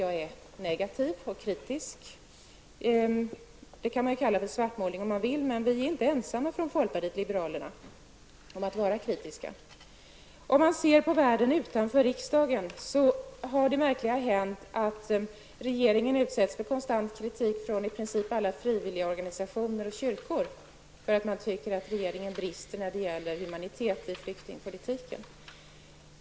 Jag är kanske negativ och kritisk, och det kan man om man vill kalla för svartmålning. Men folkpartiet liberalerna är inte ensamma om att vara kritiska. Ser man på världen utanför riksdagen, finner man att det märkliga har hänt att regeringen utsätts för konstant kritik från i princip alla frivilligorganisationer och kyrkor, eftersom man tycker att regeringen brister när det gäller humanitet i flyktingpolitiken.